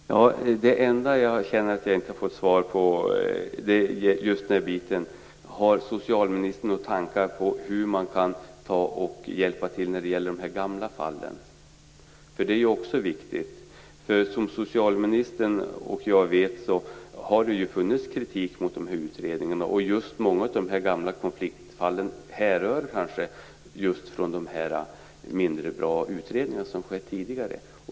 Fru talman! Det enda som jag känner att jag inte har fått svar på är just frågan om socialministern har några tankar om hur man kan hjälpa till när det gäller de gamla fallen. Det är ju också en viktig fråga, för som socialministern och jag vet har det ju riktats kritik mot dessa utredningar. Många av de gamla konfliktfallen härrör kanske just från de mindre bra utredningar som har gjorts tidigare.